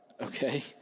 Okay